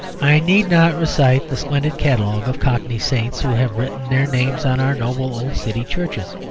i need not recite the splendid catalogue of cockney saints who have written their names on our noble old city churches.